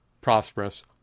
prosperous